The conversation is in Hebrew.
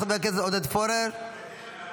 חבר כנסת עודד פורר, בבקשה.